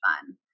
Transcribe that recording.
fun